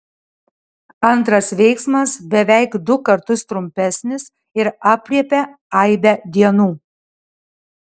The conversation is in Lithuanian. antras veiksmas beveik du kartus trumpesnis ir aprėpia aibę dienų